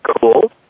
cool